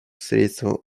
средством